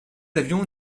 avions